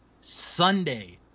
Sunday